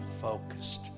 focused